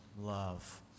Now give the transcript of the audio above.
love